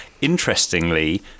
Interestingly